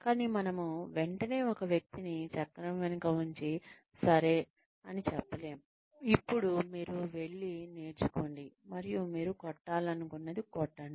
కానీ మనము వెంటనే ఒక వ్యక్తిని చక్రం వెనుక ఉంచి సరే అని చెప్పలేము ఇప్పుడు మీరు వెళ్లి నేర్చుకోండి మరియు మీరు కొట్టాలనుకున్నది కొట్టండి